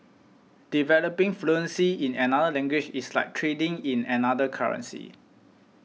developing fluency in another language is like trading in another currency